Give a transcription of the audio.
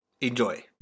Enjoy